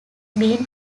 been